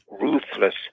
ruthless